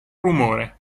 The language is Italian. rumore